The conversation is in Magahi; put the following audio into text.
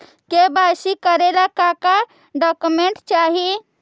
के.वाई.सी करे ला का का डॉक्यूमेंट चाही?